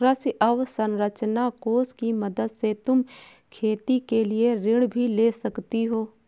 कृषि अवसरंचना कोष की मदद से तुम खेती के लिए ऋण भी ले सकती हो